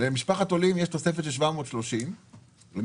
למשפחת עולים יש תוספת של 730 נקודות,